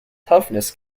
toughness